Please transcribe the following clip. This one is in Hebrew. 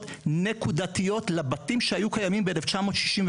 נקודתיות לבתים שהיו קיימים ב-1967,